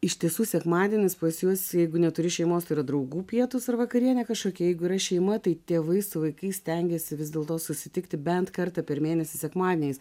iš tiesų sekmadienis pas juos jeigu neturi šeimos tai yra draugų pietūs ar vakarienė kažkokia jeigu yra šeima tai tėvai su vaikais stengiasi vis dėlto susitikti bent kartą per mėnesį sekmadieniais